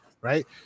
right